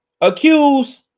accused